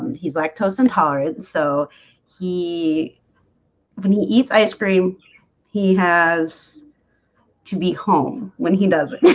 he's like toast intolerance. so he when he eats ice cream he has to be home when he does it.